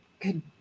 good